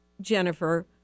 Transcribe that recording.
Jennifer